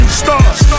stars